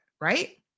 right